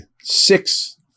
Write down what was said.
six